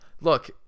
look